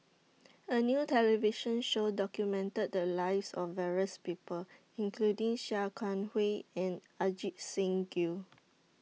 A New television Show documented The Lives of various People including Sia Kah Hui and Ajit Singh Gill